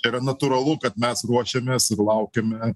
yra natūralu kad mes ruošiamės ir laukiame